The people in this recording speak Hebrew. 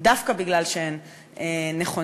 דווקא מפני שהן נכונות.